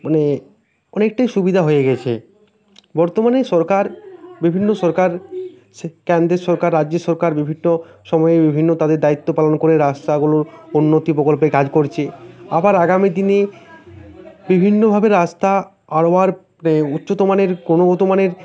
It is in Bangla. মানে অনেকটাই সুবিধা হয়ে গেছে বর্তমানে সরকার বিভিন্ন সরকার সে কেন্দ্রের সরকার রাজ্যের সরকার বিভিন্ন সময়ে বিভিন্ন তাদের দায়িত্ব পালন করে রাস্তাগুলোর উন্নতি প্রকল্পে কাজ করছে আবার আগামী দিনে বিভিন্নভাবে রাস্তা আরও উচ্চতমানের ক্রমগতমানের